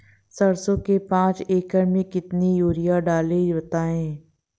सरसो के पाँच एकड़ में कितनी यूरिया डालें बताएं?